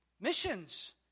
Missions